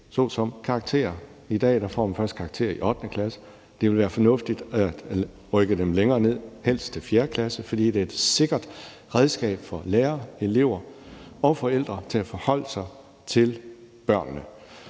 såsom karakterer tilbage. I dag får man først karakterer i 8. klasse, men det vil være fornuftigt at rykke det længere ned, helst til 4. klasse, for det er et sikkert redskab til at give lærere, elever og forældre noget at forholde sig til i stedet